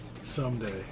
Someday